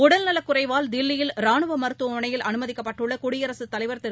உடல்நலக் குறைவால் தில்லியில் ரானுவ மருத்துவமனையில் அனுமதிக்கப்பட்டுள்ள குடியரசுத் தலைவர் திரு